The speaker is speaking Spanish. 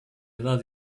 edad